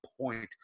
point